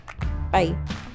Bye